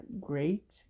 great